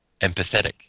empathetic